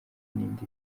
n’indi